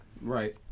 Right